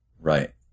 Right